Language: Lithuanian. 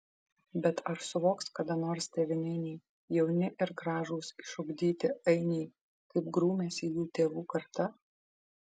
bet ar suvoks kada nors tėvynainiai jauni ir gražūs išugdyti ainiai kaip grūmėsi jų tėvų karta